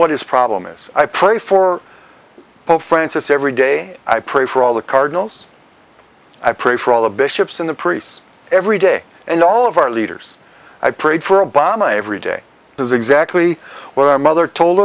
what his problem is i pray for pope francis every day i pray for all the cardinals i pray for all the bishops in the priests every day and all of our leaders i prayed for obama every day is exactly what our mother told